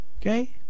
okay